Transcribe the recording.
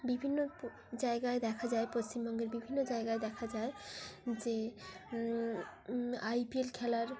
বিভিন্ন জায়গায় দেখা যায় পশ্চিমবঙ্গের বিভিন্ন জায়গায় দেখা যায় যে আই পি এল খেলার